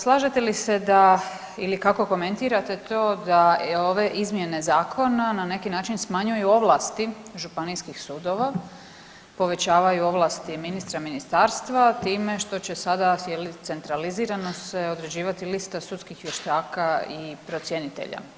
Slažete li se da, ili kako komentirate to da je ove izmjene Zakona na neki način smanjuju ovlasti Županijskih sudova, povećavaju ovlasti Ministra i Ministarstva time što će sada je li centralizirano se određivati lista Sudskih vještaka i procjenitelja.